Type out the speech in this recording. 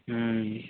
ହୁଁ